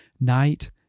night